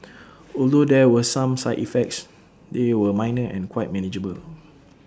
although there were some side effects they were minor and quite manageable